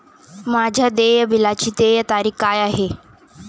माझ्या देय बिलाची देय तारीख काय आहे?